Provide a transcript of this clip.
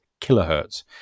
kilohertz